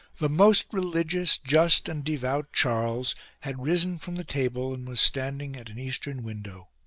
the most religious, just and devout charles had risen from the table and was standing at an eastern window.